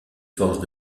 forces